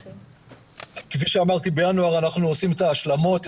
אנחנו כפי שאמרתי בינואר עושים את ההשלמות,